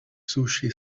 sushi